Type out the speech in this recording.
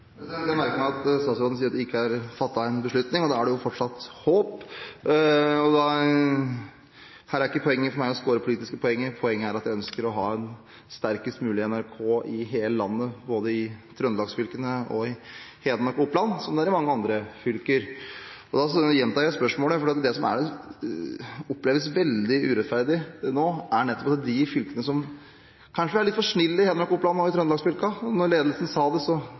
for. Jeg merker meg at statsråden sier at det ikke er fattet noen beslutning, og da er det jo fortsatt håp. Her er ikke ønsket mitt å score politiske poenger. Poenget er at jeg ønsker å ha et sterkest mulig NRK i hele landet, både i Trøndelagsfylkene og i Hedmark og Oppland, som det er i mange andre fylker. Da gjentar jeg spørsmålet, for det som oppleves veldig urettferdig nå, er at det er nettopp de fylkene – og vi er kanskje litt for snille i Hedmark og Oppland og i Trøndelagsfylkene – som når ledelsen sa det,